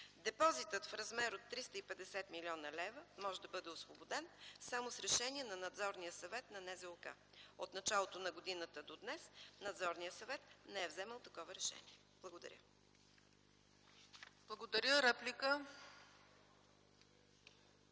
Депозитът в размер от 350 млн. лв. може да бъде освободен само с решение на Надзорния съвет на НЗОК. От началото на годината до днес Надзорният съвет не е вземал такова решение. Благодаря. ПРЕДСЕДАТЕЛ